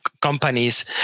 companies